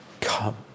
Come